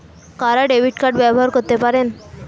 কারা debit card ব্যবহার করতে পারেন?